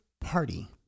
Party